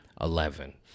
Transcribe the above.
Eleven